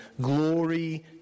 glory